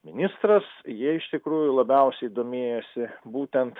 ministras jie iš tikrųjų labiausiai domėjosi būtent